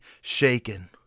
shaken